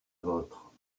vôtre